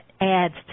adds